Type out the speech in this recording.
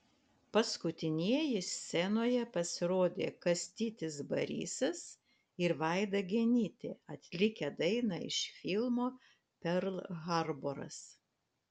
paskutinieji scenoje pasirodė kastytis barisas ir vaida genytė atlikę dainą iš filmo perl harboras